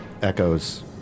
Echoes